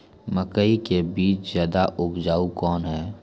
मकई के बीज ज्यादा उपजाऊ कौन है?